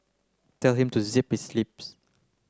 tell him to zip his lips